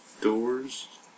doors